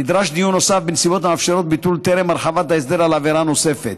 נדרש דיון נוסף בנסיבות המאפשרות ביטול טרם הרחבת ההסדר על עבירה נוספת.